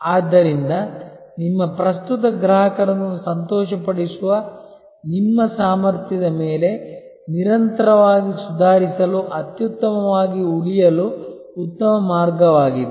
ಆದ್ದರಿಂದ ನಿಮ್ಮ ಪ್ರಸ್ತುತ ಗ್ರಾಹಕರನ್ನು ಸಂತೋಷಪಡಿಸುವ ನಿಮ್ಮ ಸಾಮರ್ಥ್ಯದ ಮೇಲೆ ನಿರಂತರವಾಗಿ ಸುಧಾರಿಸಲು ಅತ್ಯುತ್ತಮವಾಗಿ ಉಳಿಯಲು ಉತ್ತಮ ಮಾರ್ಗವಾಗಿದೆ